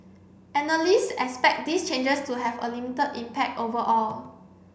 analyst expect these changes to have a limited impact overall